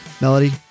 Melody